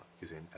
using